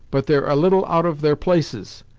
but they're a little out of their places,